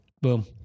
Boom